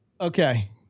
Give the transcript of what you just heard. okay